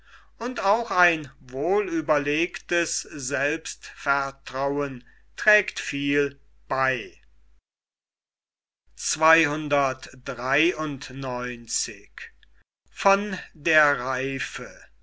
und auch ein wohlüberlegtes selbstvertrauen trägt viel bei